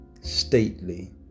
stately